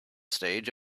stage